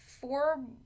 four